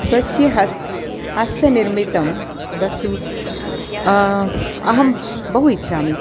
स्वस्य हस् हस्तनिर्मितं वस्तुः अहं बहु इच्छामि